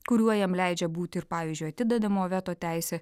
kuriuo jam leidžia būti ir pavyzdžiui atidedamo veto teisė